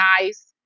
nice